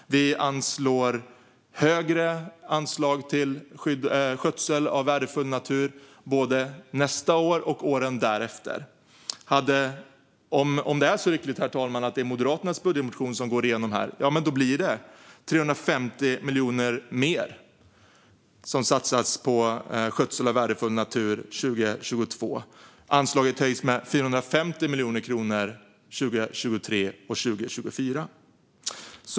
Vi har högre anslag till skydd - nej, till skötsel av värdefull natur både nästa år och åren därefter. Om det blir så lyckligt, herr talman, att Moderaternas budgetmotion går igenom blir det 350 miljoner mer som satsas på skötsel av värdefull natur 2022, och anslaget höjs med 450 miljoner kronor 2023 och 2024.